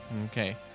okay